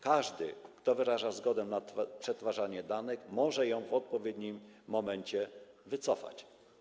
Każdy, kto wyraża zgodę na przetwarzanie danych, może ją w odpowiednim momencie wycofać.